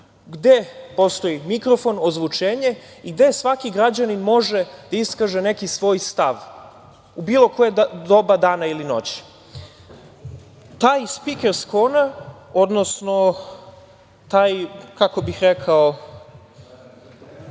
gde postoji mikrofon, ozvučenje i gde svaki građanin može da iskaže neki svoj stav, u bilo koje doba dana ili noći. Taj „Speaker’s Corner“, odnosno to mesto